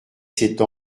cette